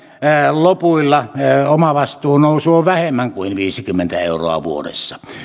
lopuilla omavastuun nousu on vähemmän kuin viisikymmentä euroa vuodessa